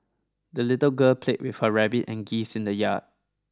the little girl played with her rabbit and geese in the yard